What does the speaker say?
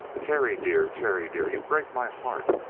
terry dear! terry dear! you break my heart!